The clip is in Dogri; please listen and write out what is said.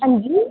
हांजी